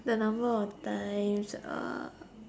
the number of times uh